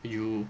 you